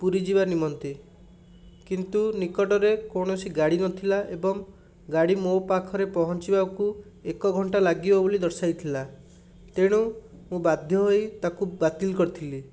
ପୁରୀ ଯିବା ନିମନ୍ତେ କିନ୍ତୁ ନିକଟରେ କୌଣସି ଗାଡ଼ି ନଥିଲା ଏବଂ ଗାଡ଼ି ମୋ ପାଖରେ ପହଞ୍ଚିବାକୁ ଏକ ଘଣ୍ଟା ଲାଗିବ ବୋଲି ଦର୍ଶାଇଥିଲା ତେଣୁ ମୁଁ ବାଧ୍ୟ ହୋଇ ତାକୁ ବାତିଲ୍ କରିଥିଲି